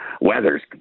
weather's